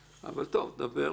אבל בבקשה.